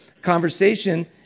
conversation